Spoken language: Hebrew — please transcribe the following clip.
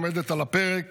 עומדת על הפרק